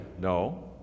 no